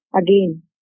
again